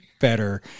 better